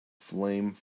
flame